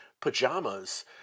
pajamas